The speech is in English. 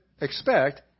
expect